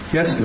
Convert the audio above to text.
Yes